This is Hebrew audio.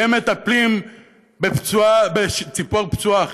כי הם מטפלים בציפור פצועה אחרת.